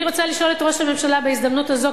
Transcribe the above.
אני רוצה לשאול את ראש הממשלה בהזדמנות הזאת,